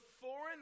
foreign